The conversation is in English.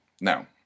Now